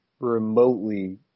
remotely